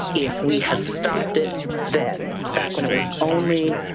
if we had stopped it then, back when it was only